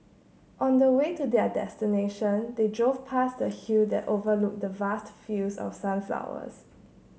on the way to their destination they drove past a hill that overlooked vast fields of sunflowers